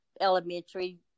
elementary